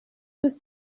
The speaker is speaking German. bis